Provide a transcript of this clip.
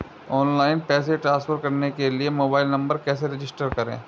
Online पैसे transfer करने के लिए मोबाइल नंबर कैसे रजिस्टर करें?